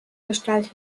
gestaltet